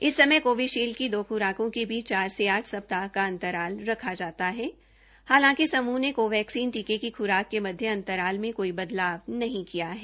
इस समय कोविशील्ड की दो ख्राके क बीच चार से आठ सप्ताह का अंतराल रखा जाता है हालांकि समूह ने कोवैक्सीन टीके की ख्राक के मध्य अंतराल कोई बदलाव नहीं किया है